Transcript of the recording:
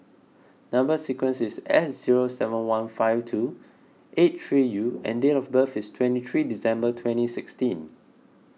Number Sequence is S zero seven one five two eight three U and date of birth is twenty three December twenty sixteen